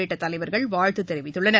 உள்ளிட்ட தலைவர்கள் வாழ்த்து தெரிவித்துள்ளனர்